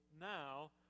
now